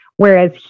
Whereas